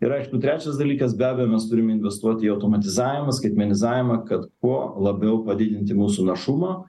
ir aišku trečias dalykas be abejo mes turim investuot į automatizavimą skaitmenizavimą kad kuo labiau padidinti mūsų našumą